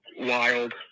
wild